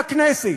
בכנסת.